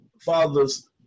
fathers